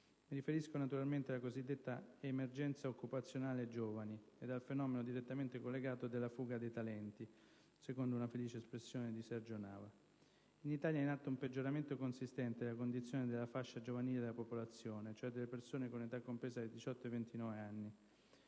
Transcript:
Mi riferisco naturalmente alla cosiddetta emergenza occupazionale giovani e al fenomeno direttamente collegato della fuga dei talenti (secondo una felice espressione di Sergio Nava). In Italia è in atto un peggioramento consistente della condizione della fascia giovanile della popolazione, cioè delle persone con età compresa tra 18 e 29 anni.